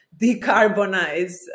decarbonize